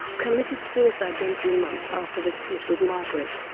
committed suicide eighteen months after the split with margaret.